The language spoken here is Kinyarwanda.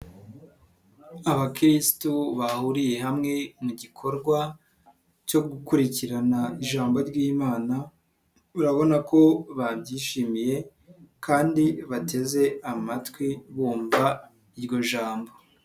Abakirisitu bahuriye hamwe mu gikorwa cyo gukurikirana ijambo ry'Imana, urabona ko babyishimiye kandi bateze amatwi bumva iryo jambo.